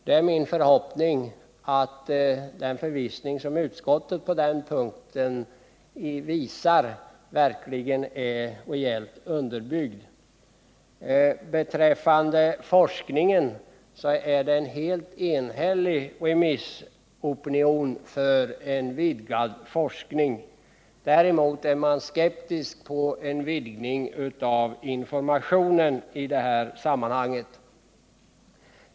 Det är min förhoppning att den förvissning som utskottet på den punkten visar verkligen är reellt underbyggd. En helt enhällig remissopinion är för en vidgad forskning. Däremot är man skeptisk mot en vidgning av informationen.